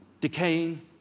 decaying